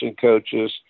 coaches